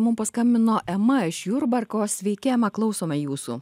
mum paskambino ema iš jurbarko sveiki ema klausome jūsų